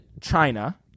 China